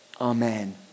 Amen